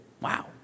wow